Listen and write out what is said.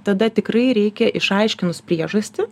tada tikrai reikia išaiškinus priežastį